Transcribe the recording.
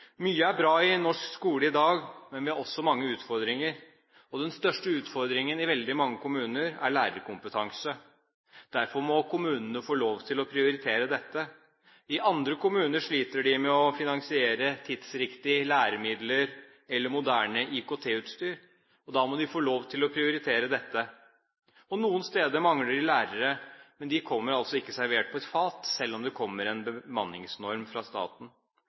Mye er bra i norsk skole i dag, men vi har også mange utfordringer. Den største utfordringen i veldig mange kommuner er lærerkompetanse. Derfor må kommunene få lov til å prioritere dette. I andre kommuner sliter de med å finansiere tidsriktige læremidler eller moderne IKT-utstyr, og da må de få lov til å prioritere dette. Noen steder mangler de lærere, men de kommer altså ikke servert på et fat, selv om det kommer en bemanningsnorm fra staten.